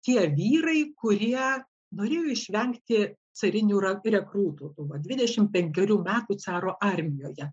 tie vyrai kurie norėjo išvengti carinių ra rekrūtų tų dvidešimt penkerių metų caro armijoje